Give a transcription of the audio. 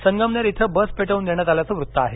संगमनेर इथं बस पेटवून देण्यात आल्याचं वृत्त आहे